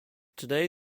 today